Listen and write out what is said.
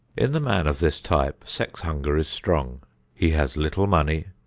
in the man of this type sex hunger is strong he has little money,